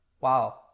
wow